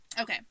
Okay